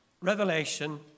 Revelation